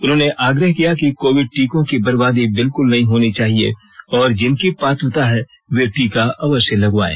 उन्होंने आग्रह किया कि कोविड टीकों की बर्बादी बिल्कुल नहीं होनी चाहिए और जिनकी पात्रता है वे टीका अवश्य लगवाएं